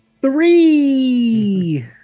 Three